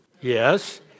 Yes